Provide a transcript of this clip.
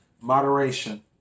moderation